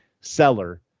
seller